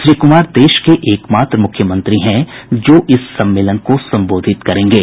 श्री कुमार देश के एक मात्र मुख्यमंत्री हैं जो इस सम्मेलन को संबोधित करेंगे